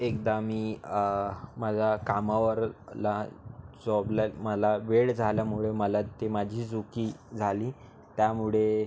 एकदा मी माझ्या कामावर ला चोपल्यात मला वेळ झाल्यामुळे मला ते माझी चुकी झाली त्यामुळे